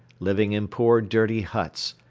living in poor dirty huts,